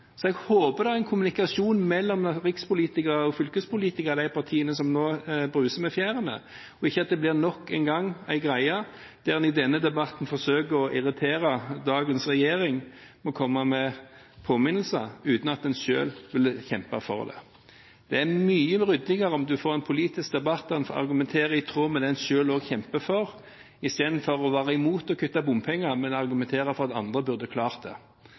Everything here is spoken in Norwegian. Så jeg håper det er en kommunikasjon mellom rikspolitikere og fylkespolitikere i de partiene som nå bruser med fjærene, og ikke at det nok en gang blir en greie der en i denne debatten forsøker å irritere dagens regjering med å komme med påminnelser uten at en selv ville kjempet for det. Det er mye ryddigere om en får en politisk debatt der en argumenterer i tråd med det en selv også kjemper for, istedenfor å være imot å kutte bompenger, men argumentere for at andre burde klart det.